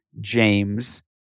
James